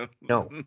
No